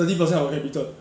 thirty percent of capital